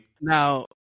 Now